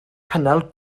cynnal